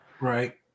Right